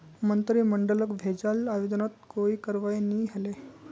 मंत्रिमंडलक भेजाल आवेदनत कोई करवाई नी हले